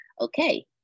okay